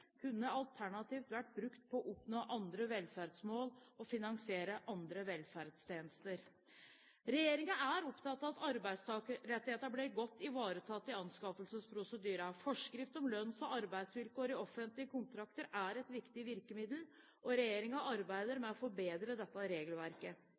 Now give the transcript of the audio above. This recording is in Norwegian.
kunne alternativt vært brukt til å oppnå andre velferdsmål og finansiere andre velferdstjenester. Regjeringen er opptatt av at arbeidstakerrettigheter blir godt ivaretatt i anskaffelsesprosedyrene. Forskrift om lønns- og arbeidsvilkår i offentlige kontrakter er et viktig virkemiddel, og regjeringen arbeider